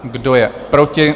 Kdo je proti?